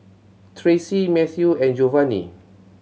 Tracey Matthew and Jovanny